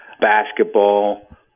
basketball